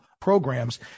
programs